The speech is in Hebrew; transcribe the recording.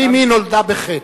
האם היא נולדה בחטא?